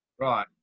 Right